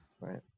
Right